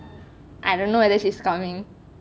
I don't know whether she's coming